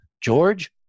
George